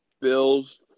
Bills